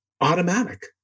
automatic